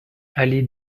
allée